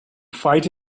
fight